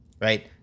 right